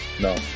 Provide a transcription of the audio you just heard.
No